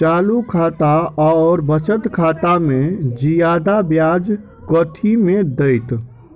चालू खाता आओर बचत खातामे जियादा ब्याज कथी मे दैत?